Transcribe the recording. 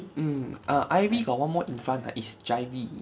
mm err ivy got one more in front ah is jivy